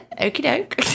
Okey-doke